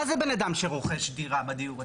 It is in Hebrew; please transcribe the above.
מה זה בן אדם שרוכש דירה בדיור הציבורי?